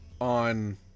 on